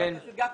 חבר הכנסת גפני,